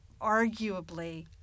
arguably